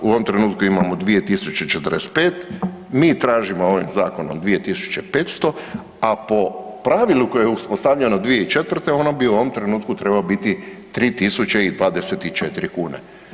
U ovom trenutku imamo 2045, mi tražimo ovim zakonom 2500, a po pravilu koje je uspostavljeno 2004. ono bi u ovom trenutku trebao biti 3024 kune.